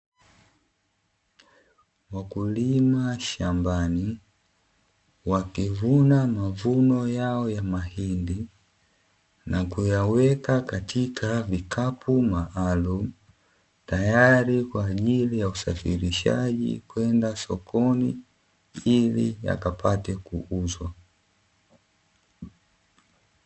Wakulima shambani wakivuna mavuno yao ya mahindi na kuyaweka katika vikapu maalumu, tayari kwa ajili ya usafirishaji kwenda sokoni, ili yakapate kuuzwa.